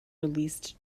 releases